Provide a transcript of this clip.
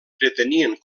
pretenien